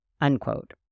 unquote